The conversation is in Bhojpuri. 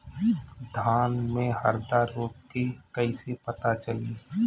धान में हरदा रोग के कैसे पता चली?